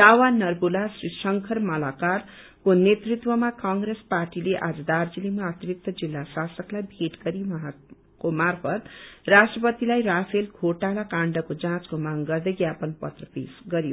दावा नर्वुला श्री शंकर मालाकरको नेतृत्वमा कंप्रेस पार्टीले आज दार्जीलिङमा अतिरिक्त जिल्ला शासकलाई भेट गरी उर्खौंको मार्फत राष्ट्रपतिलाई राफेल थोटाला काण्डको जाँचको माग गर्दै ज्ञापन पत्र पेश गरयो